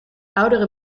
oudere